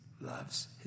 loves